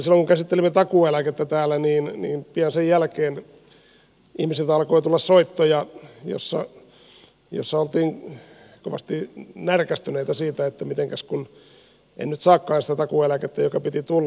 silloin kun käsittelimme takuueläkettä täällä niin pian sen jälkeen ihmisiltä alkoi tulla soittoja joissa oltiin kovasti närkästyneitä siitä että mitenkäs kun en nyt saakaan sitä takuueläkettä jonka piti tulla